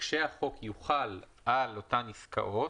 כשהחוק יוחל על אותן עסקאות,